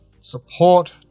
support